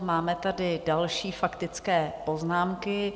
Máme tady další faktické poznámky.